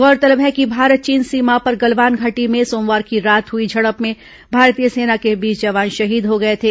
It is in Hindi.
गौरतलब है कि भारत चीन सीमा पर गलवान घाटी में सोमवार की रात हुई झड़प में भारतीय सेना के बीस जवान शहीद हो गए थे